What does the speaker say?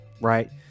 Right